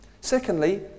Secondly